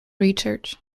research